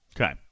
Okay